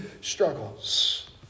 struggles